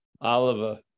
Oliver